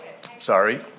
sorry